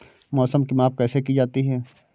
मौसम की माप कैसे की जाती है?